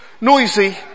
noisy